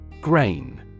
Grain